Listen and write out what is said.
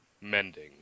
mending